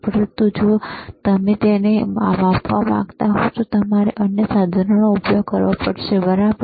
પરંતુ જો તમે તેને માપવા માંગતા હો તો તમારે અન્ય સાધનોનો ઉપયોગ કરવો પડશે બરાબર